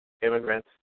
immigrants